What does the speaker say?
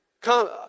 come